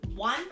one